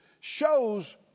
shows